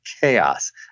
chaos